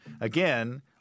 again